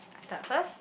I start first